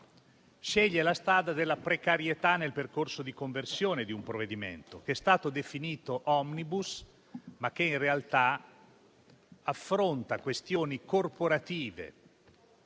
Sceglie la strada della precarietà nel percorso di conversione di un provvedimento, che è stato definito *omnibus*, ma che in realtà affronta questioni corporative,